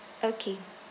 okay